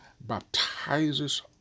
baptizes